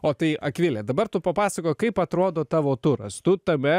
o tai akvile dabar tu papasakok kaip atrodo tavo turas tu tame